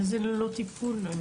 מה זה ללא טיפול?